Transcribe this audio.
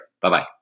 Bye-bye